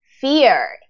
fear